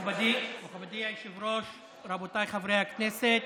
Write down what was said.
מכובדי היושב-ראש, רבותיי חברי הכנסת,